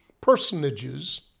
personages